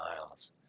miles